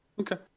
Okay